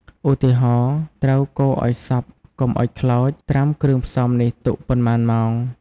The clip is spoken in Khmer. ឧទាហរណ៍ ត្រូវកូរឱ្យសព្វកុំឱ្យខ្លោច ត្រាំគ្រឿងផ្សំនេះទុកប៉ុន្មានម៉ោង"។